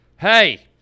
Hey